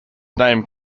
name